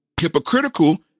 Hypocritical